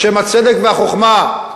בשם הצדק והחוכמה,